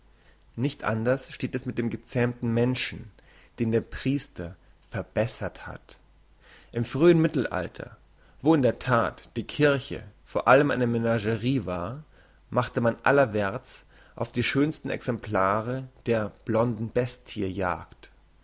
nicht anders steht es mit dem gezähmten menschen den der priester verbessert hat im frühen mittelalter wo in der that die kirche vor allem eine menagerie war machte man allerwärts auf die schönsten exemplare der blonden bestie jagd